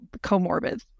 comorbid